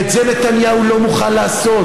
ואת זה נתניהו לא מוכן לעשות,